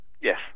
Yes